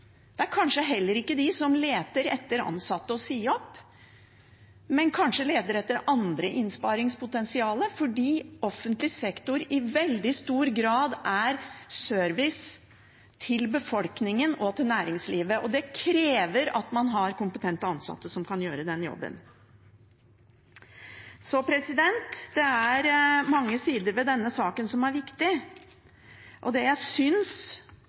Det er kanskje ikke de som leter etter ansatte å si opp, men kanskje heller leter etter andre innsparingspotensial, fordi offentlig sektor i veldig stor grad er service til befolkningen og til næringslivet. Det krever at man har kompetente ansatte som kan gjøre den jobben. Det er mange sider ved denne saken som er viktig. Det jeg